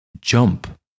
Jump